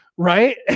Right